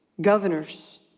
governors